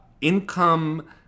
income